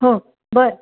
हो बरं